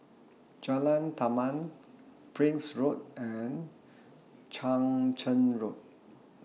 Jalan Taman Prince Road and Chang Charn Road